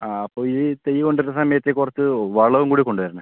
ആ അപ്പോൾ ഈ തൈ കൊണ്ട് വരുന്ന സമയത്ത് കുറച്ച് വളവും കൂടി കൊണ്ട് വരണേ